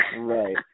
Right